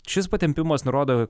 šis patempimas nurodo